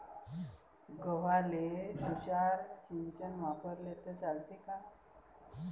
गव्हाले तुषार सिंचन वापरले तर चालते का?